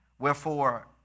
Wherefore